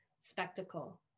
spectacle